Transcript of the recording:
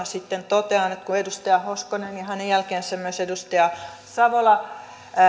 sitten totean että kun edustaja hoskonen ja hänen jälkeensä myös edustaja savola